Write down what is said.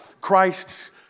Christ's